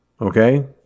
okay